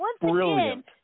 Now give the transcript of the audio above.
brilliant